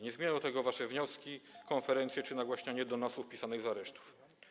Nie zmienią tego wasze wnioski, konferencje czy nagłaśnianie donosów pisanych z aresztów.